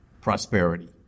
prosperity